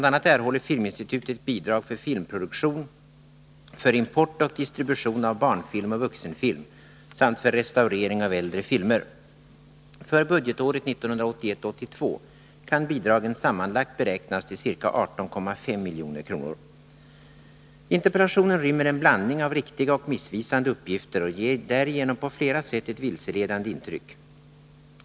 a. erhåller Filminstitutet bidrag för filmproduktion, för import och distribution av barnfilm och vuxenfilm samt för restaurering av äldre filmer. För budgetåret 1981/82 kan bidragen sammanlagt beräknas till ca 18,5 milj.kr. Interpellationen rymmer en blandning av riktiga och missvisande uppgifter och ger därigenom på flera sätt ett vilseledande intryck.